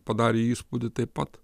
padarė įspūdį taip pat